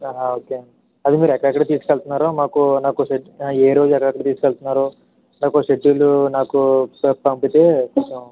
okay అండి అదే మీరు ఎక్కడెక్కడ తీసుకు వెళ్తున్నారు మాకు నాకు షె ఏ రోజు ఎక్కడెక్కడ తీసుకు వెళ్తున్నారు నాకు షెడ్యూల్ నాకు ఒకసారి పంపితే